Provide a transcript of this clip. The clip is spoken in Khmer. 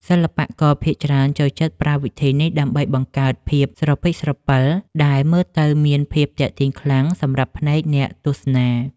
សិល្បករភាគច្រើនចូលចិត្តប្រើវិធីនេះដើម្បីបង្កើតភាពស្រពេចស្រពិលដែលមើលទៅមានភាពទាក់ទាញខ្លាំងសម្រាប់ភ្នែកអ្នកទស្សនា។